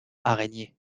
araignée